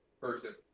person